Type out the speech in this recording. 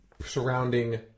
surrounding